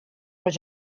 als